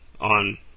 on